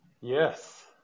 Yes